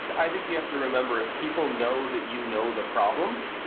so i think you have to remember if people know that you know the problem,